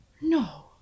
No